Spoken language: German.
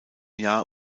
jahr